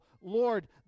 Lord